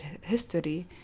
history